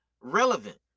relevant